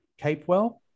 Capewell